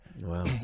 Wow